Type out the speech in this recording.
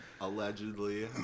allegedly